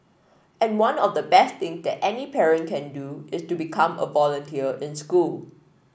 and one of the best thing that any parent can do is to become a volunteer in school